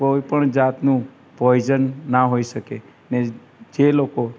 કોઈપણ જાતનું પોઈઝન ના હોઈ શકે અને જે લોકો